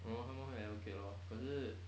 (uh huh) 他们会 allocate lor 可是